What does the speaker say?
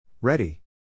Ready